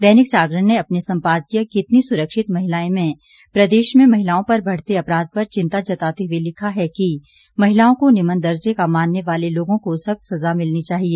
दैनिक जागरण ने अपने संपादकीय कितनी सुरक्षित महिलाएं में प्रदेश में महिलाओं पर बढ़ते अपराध पर चिंता जताते हुए लिखा है कि महिलाओं को निम्न दर्जे का मानने वाले लोगों को सख्त सजा मिलनी चाहिए